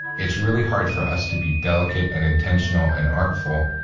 it's really hard for us to be delicate, and intentional, and artful,